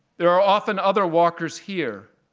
there are often other walkers here.